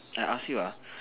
I ask you ah